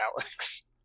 Alex